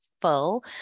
full